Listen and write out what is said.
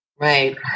Right